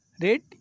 rate